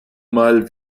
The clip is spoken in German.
mal